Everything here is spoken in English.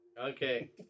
Okay